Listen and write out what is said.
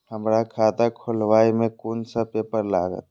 हमरा खाता खोलाबई में कुन सब पेपर लागत?